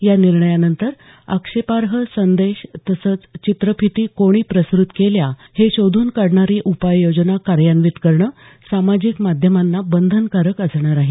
या निर्णयानंतर आक्षेपार्ह संदेश तसंच चित्रफिती कोणी प्रसृत केल्या हे शोधून काढणारी उपाययोजना कार्यान्वीत करणं सामाजिक माध्यमांना बंधनकारक असणार आहे